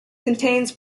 contains